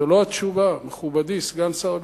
זאת לא התשובה, מכובדי סגן שר הביטחון.